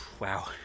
Wow